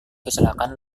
kecelakaan